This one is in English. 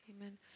amen